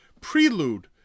prelude